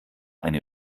eine